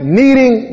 needing